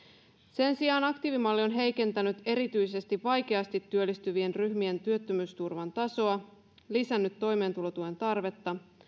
sen sijaan aktiivimalli on heikentänyt erityisesti vaikeasti työllistyvien ryhmien työttömyysturvan tasoa lisännyt toimeentulotuen tarvetta